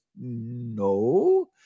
no